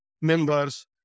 members